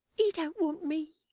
he don't want me.